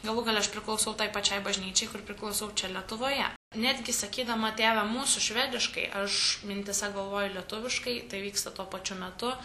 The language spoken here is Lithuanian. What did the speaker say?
galų gale aš priklausau tai pačiai bažnyčiai kur priklausau čia lietuvoje netgi sakydama tėve mūsų švediškai aš mintyse galvoju lietuviškai tai vyksta tuo pačiu metu